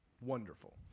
Wonderful